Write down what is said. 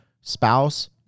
spouse